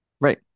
Right